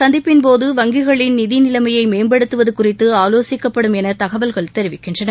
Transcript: சந்திப்பின்போது வங்கிகளின் நிதி நிலைமையை மேம்படுத்துவது இந்த குறித்து ஆலோசிக்கப்படும் என தகவல்கள் தெரிவிக்கின்றன